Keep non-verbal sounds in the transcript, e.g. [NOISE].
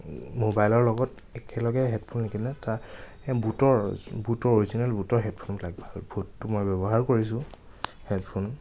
ম'বাইলৰ লগত একেলগে হেডফোন কিনে এটা [UNINTELLIGIBLE] বুটৰ বুটৰ অৰিজিনেল বুটৰ হেডফোন ডাল ভাল বুটটো মই ব্য়ৱহাৰ কৰিছোঁ হেডফোন